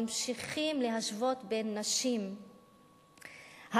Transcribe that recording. ממשיכים להשוות בין הנשים האלה,